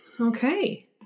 okay